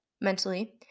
mentally